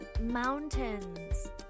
mountains